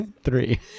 three